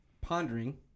pondering